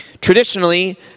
Traditionally